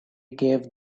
gave